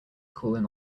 cooling